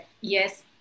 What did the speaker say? Yes